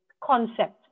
concept